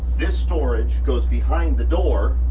this storage goes behind the door